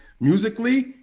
musically